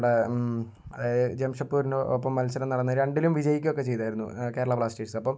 നമ്മുടെ അതായത് ജംഷഡ്പൂരിന്റെ ഒപ്പം മത്സരം നടന്ന രണ്ടിലും വിജയിക്കുകയൊക്കെ ചെയ്തിരുന്നു കേരള ബ്ലാസ്റ്റേഴ്സ് അപ്പോൾ